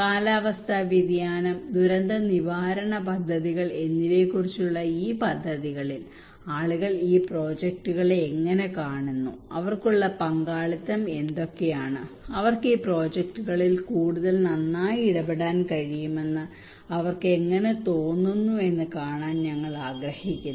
കാലാവസ്ഥാ വ്യതിയാനം ദുരന്ത നിവാരണ പദ്ധതികൾ എന്നിവയെക്കുറിച്ചുള്ള ഈ പദ്ധതികളിൽ ആളുകൾ ഈ പ്രോജക്റ്റുകളെ എങ്ങനെ കാണുന്നു അവർക്കുള്ള പങ്കാളിത്തം എന്തൊക്കെയാണ് അവർക്ക് ഈ പ്രോജക്റ്റുകളിൽ കൂടുതൽ നന്നായി ഇടപെടാൻ കഴിയുമെന്ന് അവർക്ക് എങ്ങനെ തോന്നുന്നു എന്ന് കാണാൻ ഞങ്ങൾ ആഗ്രഹിക്കുന്നു